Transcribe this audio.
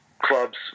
clubs